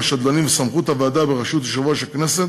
שדלנים וסמכות הוועדה בראשות יושב-ראש הכנסת